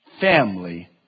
family